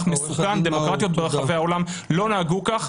מסוכן ודמוקרטיות ברחבי העולם לא נהגו כך,